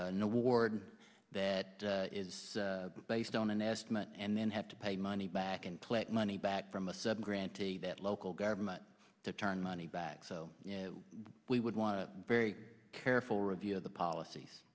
no ward that is based on an estimate and then have to pay money back and play money back from a sub grantee that local government to turn money back so we would want a very careful review of the policies